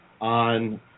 on